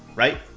right?